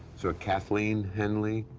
so a kathleen henly?